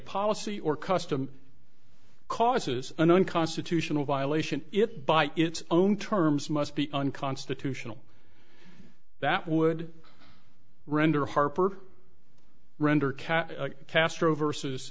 policy or custom causes an unconstitutional violation it by its own terms must be unconstitutional that would render harper render cat castro versus